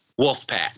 Wolfpack